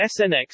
SNX